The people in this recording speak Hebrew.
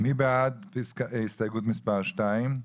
מי בעד הסתייגות מספר 2?